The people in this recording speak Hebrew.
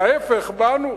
וההיפך, בנו.